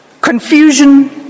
Confusion